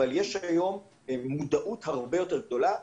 אבל יש היום מודעות הרבה יותר גדולה,